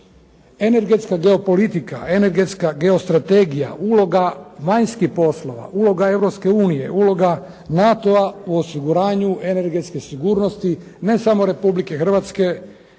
Energetska geopolitika, energetska geostrategija uloga vanjskih poslova, uloga Europske unije, uloga NATO-a u osiguranja energetske sigurnosti ne samo Republike Hrvatske